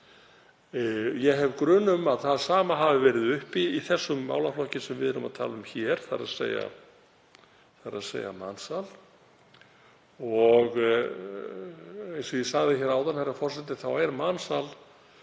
Ég hef grun um að það sama hafi verið uppi í þessum málaflokki sem við erum að tala um, þ.e. varðandi mansal. Eins og ég sagði áðan er mansal